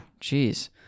Jeez